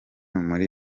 muri